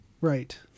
right